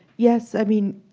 yes, i mean